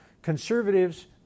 Conservatives